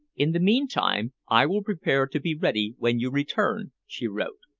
in the meantime, i will prepare to be ready when you return, she wrote.